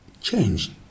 change